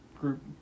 group